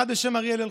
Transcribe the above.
אחד בשם אריאל אלחרר.